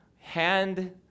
hand